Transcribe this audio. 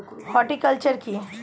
Horticulture কি?